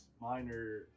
Minor